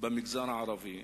במגזר הערבי.